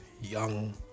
young